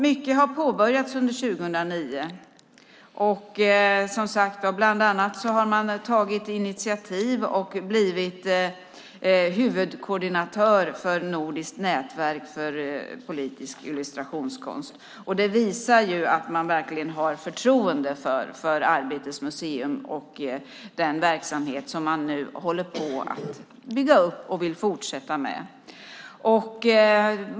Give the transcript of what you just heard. Mycket har påbörjats under 2009. Bland annat har man tagit initiativ och blivit huvudkoordinatör för Nordiskt nätverk för politisk illustrationskonst. Det visar att man verkligen har förtroende för Arbetet museum och den verksamhet som man nu håller på att bygga upp och vill fortsätta med.